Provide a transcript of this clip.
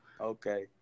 Okay